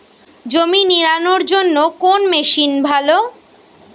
জমি নিড়ানোর জন্য কোন মেশিন ভালো?